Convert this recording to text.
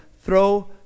throw